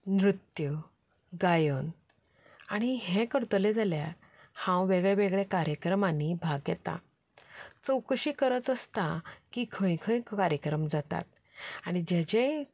नृत्य गायन आनी हें करतलें जाल्यार हांव वेगळ्यावेगळ्या कार्यक्रमांनी भाग घेता चवकशी करत आसता की खंय खंय कार्यक्रम जातात आनी जे जे